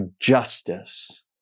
justice